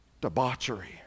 debauchery